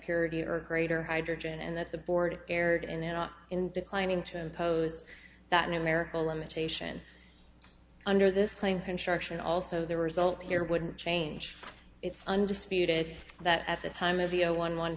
purity or greater hydrogen and that the board erred in they're not in declining to impose that numerical limitation under this claim construction also the result here wouldn't change it's undisputed fact that at the time of the zero one one